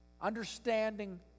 understanding